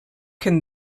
can